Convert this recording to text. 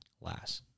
last